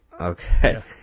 Okay